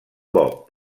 bob